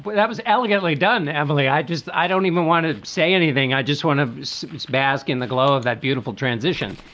but that was elegantly done evilly. i just i don't even want to say anything. i just want to bask in the glow of that beautiful transition.